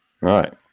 right